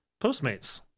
postmates